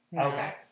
Okay